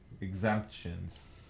exemptions